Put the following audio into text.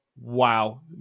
Wow